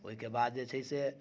ओइके बाद जे छै से